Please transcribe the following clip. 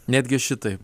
netgi šitai